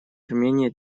армении